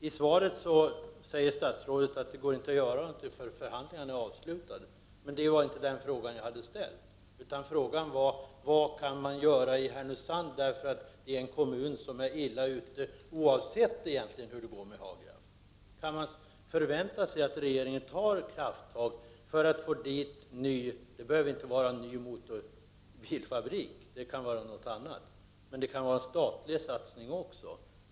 I svaret säger statsrådet att det inte går att göra något förrän förhandlingarna är avslutade, men det var inte det som jag hade frågat om, utan frågan var: Vad kan man göra i Härnösand, en kommun som är illa ute, egentligen oavsett hur det går med Hagraf? Kan man förvänta sig att regeringen tar krafttag för att få dit ny sysselsättning? Det behöver inte vara en ny bilfabrik, utan det kan också vara något annat. Också en statlig satsning är ett alternativ.